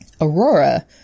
Aurora